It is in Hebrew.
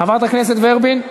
חברת הכנסת ורבין,